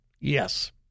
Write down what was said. Yes